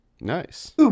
Nice